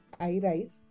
iRise